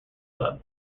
club